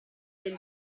del